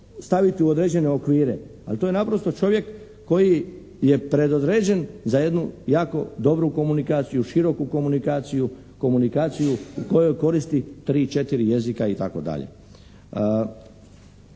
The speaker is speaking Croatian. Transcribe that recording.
staviti u određene okvire, ali to je naprosto čovjek koji je predodređen za jednu jako dobru komunikaciju, široku komunikaciju, komunikaciju u kojoj koristi tri, četiri jezika itd.